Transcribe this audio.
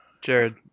Jared